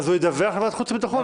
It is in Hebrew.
אז הוא ידווח לוועדת חוץ וביטחון.